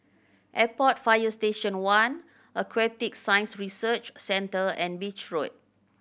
Airport Fire Station One Aquatic Science Research Centre and Beach Road